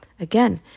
Again